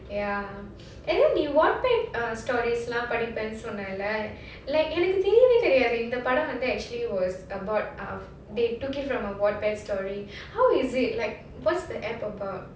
ya and then the Wattpad ah stories லாம் படிப்பேன்னு சொன்னேளே:laam padipaennu sonnaelae like எனக்கு தெரியவே தெரியாது இந்த படம் வந்து:enakku theriyavae theriyadhu indha padam vandhu actually was a board of ah they took it from a Wattpad story how is it like what's the app about